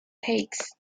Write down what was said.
peaks